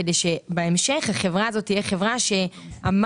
כדי שבהמשך החברה הזאת תהיה חברה שהמס